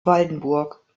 waldenburg